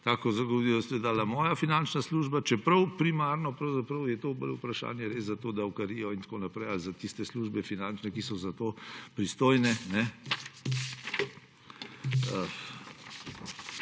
tako zagotovilo mi je dala moja finančna služba, čeprav primarno pravzaprav je to bolj vprašanje res za to davkarijo in tako naprej ali za tiste službe finančne, ki so za to pristojne,